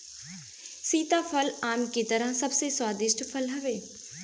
सीताफल आम के तरह बहुते स्वादिष्ट फल हवे